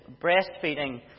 breastfeeding